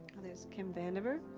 and is kim vandiver,